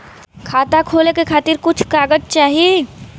खाता खोले के खातिर कुछ कागज चाही?